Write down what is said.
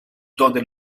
donde